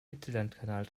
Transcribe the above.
mittellandkanal